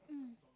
mm